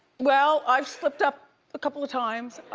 well, i've slipped up a couple of times,